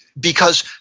because,